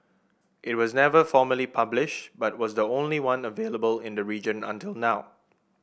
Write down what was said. it was never formally published but was the only one available in the region until now